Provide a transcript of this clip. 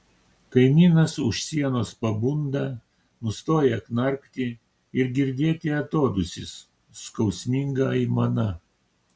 kaimynas už sienos pabunda nustoja knarkti ir girdėti atodūsis skausminga aimana